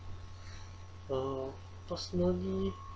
uh personally